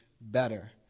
better